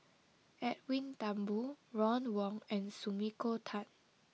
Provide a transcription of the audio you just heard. Edwin Thumboo Ron Wong and Sumiko Tan